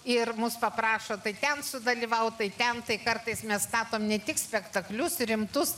ir mus paprašo tai ten sudalyvaut tai ten tai kartais mes tapom ne tik spektaklius rimtus